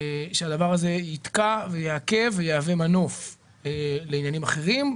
שהדבר הזה יתקע ויעכב ויהווה מנוף לעניינים אחרים.